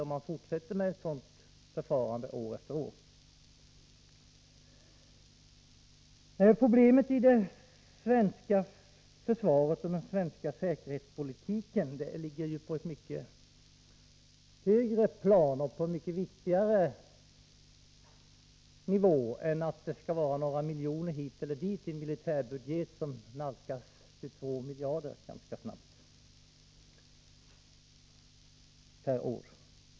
Problemet i det svenska försvaret och den svenska säkerhetspolitiken åtgärder inom försvarsdepartementets verksamhets åtgärder inom försvarsdepartementets verksamhetsområde ligger på ett mycket högre plan och på en mycket viktigare nivå än att gälla några miljoner hit eller dit i en militärbudget som ganska snabbt nalkas 22 miljarder kronor per år.